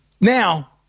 Now